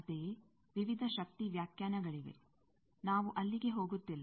ಅಂತೆಯೇ ವಿವಿಧ ಶಕ್ತಿ ವ್ಯಾಖ್ಯಾನಗಳಿವೆ ನಾವು ಅಲ್ಲಿಗೆ ಹೋಗುತ್ತಿಲ್ಲ